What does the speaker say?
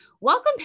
Welcome